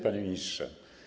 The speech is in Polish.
Panie Ministrze!